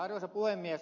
arvoisa puhemies